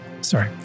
Sorry